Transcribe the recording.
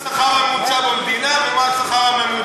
מה השכר הממוצע במדינה ומה השכר הממוצע שם?